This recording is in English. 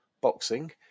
boxing